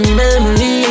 memory